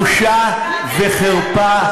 בושה וחרפה.